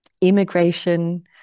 immigration